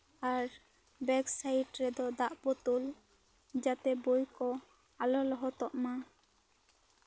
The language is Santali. ᱟᱨ ᱵᱮᱜᱽ ᱥᱟᱭᱤᱰ ᱨᱮᱫᱚ ᱫᱟ ᱵᱳᱛᱳᱞ ᱡᱟᱛᱮ ᱵᱳᱭ ᱠᱚ ᱟᱞᱚ ᱞᱚᱦᱚᱫᱚᱜ ᱢᱟ